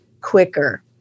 quicker